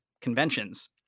conventions